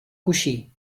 coixí